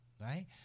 right